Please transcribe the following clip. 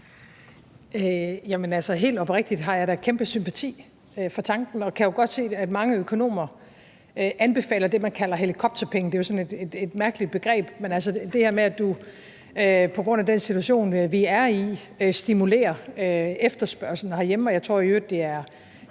Helt oprigtigt har jeg da kæmpe sympati for tanken og kan jo godt se, at mange økonomer anbefaler det, man kalder helikopterpenge. Det er jo sådan et mærkeligt begreb, altså det her med, at du på grund af den situation, som vi er i, stimulerer efterspørgslen herhjemme. Jeg tror i øvrigt, det er